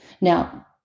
Now